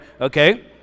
Okay